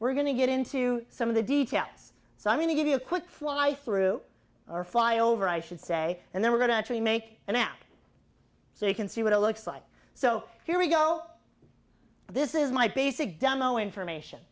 we're going to get into some of the details so i'm going to give you a quick fly through or fly over i should say and then we're going to actually make an app so you can see what it looks like so here we go this is my basic demo information